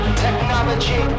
technology